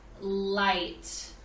Light